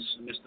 Mr